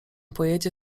pojedzie